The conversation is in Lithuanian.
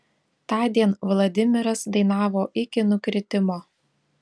tądien vladimiras dainavo iki nukritimo